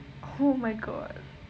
oh my god